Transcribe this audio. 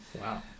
Wow